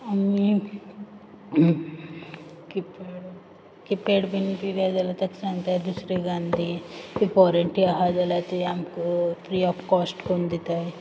आनी की पॅड की पॅड बीन पिड्ड्यार जालें तेक सांगताय दुसरें घान दी वॉरंटी आहा जाल्यार ती आमक फ्री ऑफ कॉस्ट कोन्न दिताय